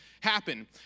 happen